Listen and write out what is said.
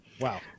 Wow